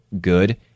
good